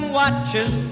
watches